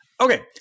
Okay